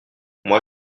moi